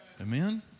Amen